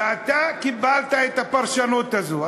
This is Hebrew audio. ואתה קיבלת את הפרשנות הזו,